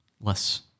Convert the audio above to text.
less